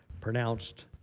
pronounced